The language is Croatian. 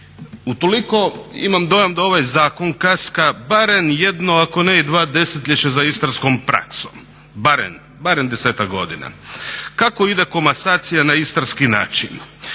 Utoliko imam dojam da ovaj zakon kaska barem jedno ako ne i dva desetljeća za istarskom praksom, barem desetak godina. kako ide komasacija na istarski način?